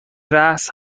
رآس